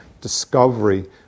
discovery